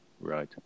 Right